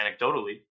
anecdotally